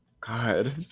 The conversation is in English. God